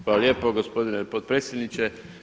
Hvala lijepo gospodine potpredsjedniče.